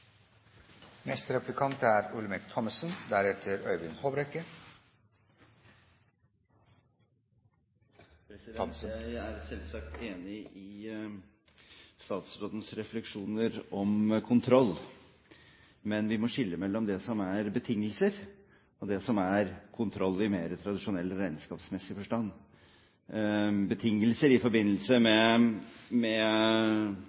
Jeg er selvsagt enig i statsrådens refleksjoner når det gjelder kontroll, men vi må skille mellom det som er betingelser, og det som er kontroll i mer tradisjonell regnskapsmessig forstand. Betingelser i forbindelse